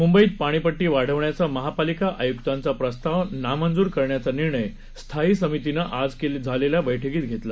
मंबईत पाणीपट्टी वाढवण्याचा महापालिका आयुक्तांचा प्रस्ताव नामंज्र करण्याचा निर्णय स्थायी समितीनं आज झालेल्या बैठकीत घेतला